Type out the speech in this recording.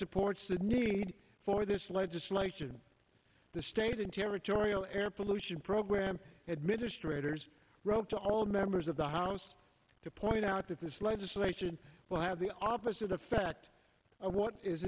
supports the need for this legislation the state and territorial air pollution program administrators wrote to all members of the house to point out that this legislation will have the opposite effect of what is